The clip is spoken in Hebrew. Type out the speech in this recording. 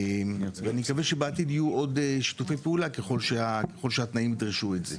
ואני מקווה שבעתיד יהיו עוד שיתופי פעולה ככל שהתנאים ידרשו את זה.